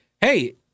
hey